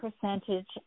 percentage